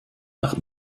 nach